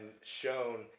shown